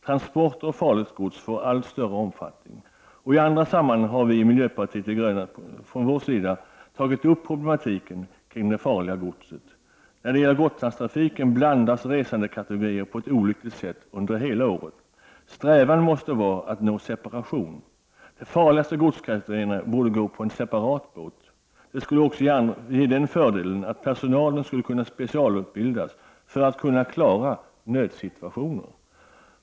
Transporter av farligt gods får allt större omfattning. I andra sammanhang har vi från miljöpartiet de grönas sida tagit upp problematiken kring det farliga godset. När det gäller Gotlandstrafiken blandas resandekategorier på ett olyckligt sätt under hela året. Strävan måste vara att nå separation. De farligaste godskategorierna borde gå på en separat båt. Det skulle också ge den fördelen att personalen skulle kunna specialutbildas för att kunna klara nödsituationer.